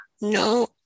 no